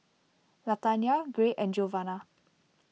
Latanya Gray and Giovanna